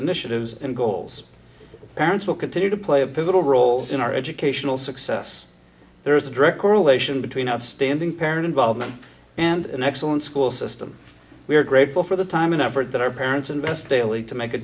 initiatives and goals parents will continue to play a pivotal role in our educational success there is a direct correlation between outstanding parent involvement and an excellent school system we are grateful for the time and effort that our parents invest daily to make a